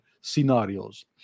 scenarios